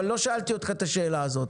אבל לא שאלתי אותך את השאלה הזאת.